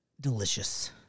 Delicious